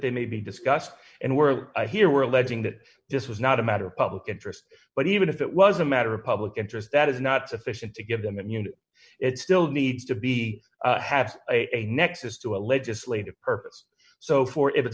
they may be discussed and we're here we're alleging that just was not a matter of public interest but even if it was a matter of public interest that is not sufficient to give them immunity it still needs to be have a nexus to a legislative purpose so for if it's